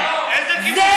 הכיבוש ולא לתמוך בטרור.